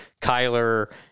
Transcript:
Kyler